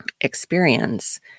experience